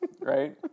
right